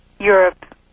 Europe